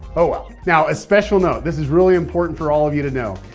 oh well. now, a special note this is really important for all of you to know.